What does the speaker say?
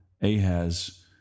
Ahaz